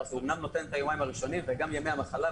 הוא אמנם נותן את היומיים הראשונים אבל גם את ימי המחלה.